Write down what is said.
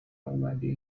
اومدی